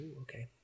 Okay